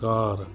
car